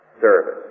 service